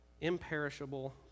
imperishable